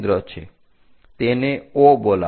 તેને O બોલાવો